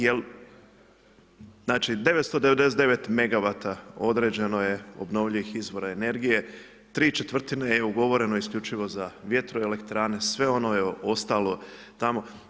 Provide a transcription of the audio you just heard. Znači 999 megawata određeno je obnovljivih izvora energije, ¾ je ugovoreno isključivo za vjetroelektrane, sve ono je ostalo tamo.